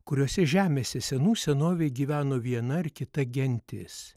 kuriose žemėse senų senovėj gyveno viena ar kita gentis